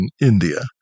India